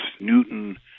Newton